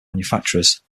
manufacturers